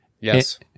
Yes